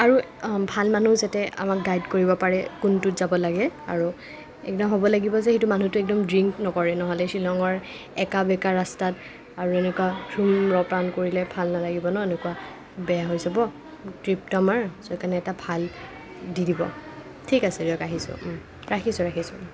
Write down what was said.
আৰু ভাল মানুহ যাতে আমাক গাইড কৰিব পাৰে কোনটোত যাব লাগে আৰু একদম হ'ব লাগিব যে সেইটো মানুহটোৱে একদম ড্ৰিংক নকৰে নহ'লে শ্বিলঙৰ একা বেকা ৰাষ্টাত আৰু এনেকুৱা ধুম্ৰপান কৰিলে ভাল নালাগিব ন' এনেকুৱা বেয়া হৈ যাব ট্ৰিপটো আমাৰ চ' সেকাৰণে এটা ভাল দি দিব ঠিক আছে দিয়ক আহিছোঁ ৰাখিছোঁ ৰাখিছোঁ